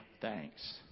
Thanks